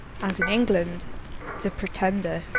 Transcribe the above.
and in england the pretender.